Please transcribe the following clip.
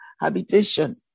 habitation